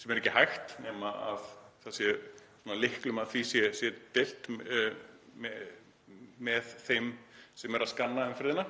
sem er ekki hægt nema að lyklum að því sé deilt með þeim sem eru að skanna umferðina,